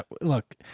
look